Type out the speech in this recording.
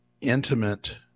intimate